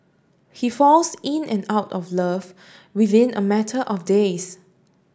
he falls in and out of love within a matter of days